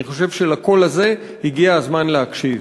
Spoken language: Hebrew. אני חושב שלקול הזה הגיע הזמן להקשיב.